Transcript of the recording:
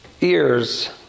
ears